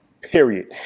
period